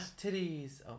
Titties